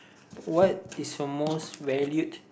what is your most valued